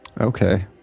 Okay